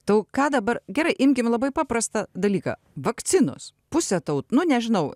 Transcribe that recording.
tau ką dabar gerai imkim labai paprastą dalyką vakcinos pusė tau nu nežinau